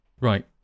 Right